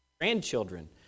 grandchildren